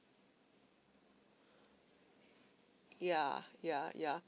ya ya ya